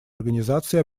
организации